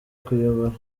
kuyobora